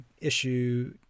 issue